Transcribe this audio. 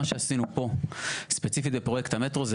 מה שעשינו פה ספציפית בפרויקט המטרו זה